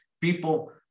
people